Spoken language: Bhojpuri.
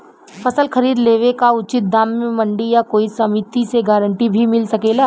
फसल खरीद लेवे क उचित दाम में मंडी या कोई समिति से गारंटी भी मिल सकेला?